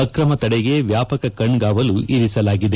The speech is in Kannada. ಅಕ್ರಮ ತಡೆಗೆ ವ್ಯಾಪಕ ಕಣ್ಗಾವಲು ಇರಿಸಲಾಗಿದೆ